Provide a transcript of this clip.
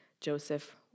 Joseph